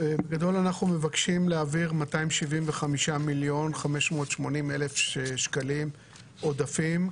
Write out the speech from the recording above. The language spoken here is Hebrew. בגדול אנחנו מבקשים להעביר 275.580 מיליון שקלים עודפים,